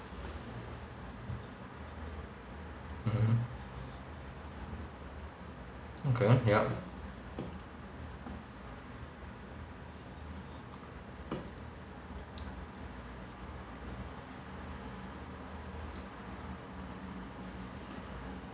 mmhmm okay ya